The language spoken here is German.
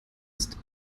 ist